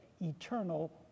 eternal